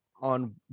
on